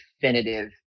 definitive